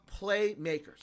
playmakers